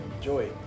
Joy